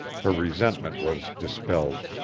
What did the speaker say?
her resentment was dispelled.